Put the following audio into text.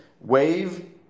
wave